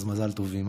אז מזל טוב, אימא.